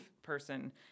person